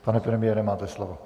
Pane premiére, máte slovo.